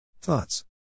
Thoughts